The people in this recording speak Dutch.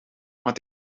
want